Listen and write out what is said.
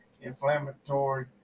inflammatory